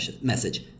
message